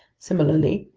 similarly,